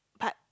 but